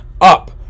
up